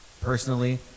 Personally